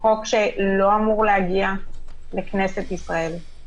חוק שלא אמור להגיע לכנסת ישראל.